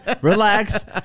Relax